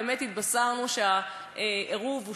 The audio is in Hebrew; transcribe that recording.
באמת התבשרנו שהעירוב הושלם,